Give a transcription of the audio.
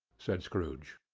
said scrooge.